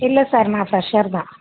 இல்லை சார் நான் ஃப்ரெஷ்ஷர் தான்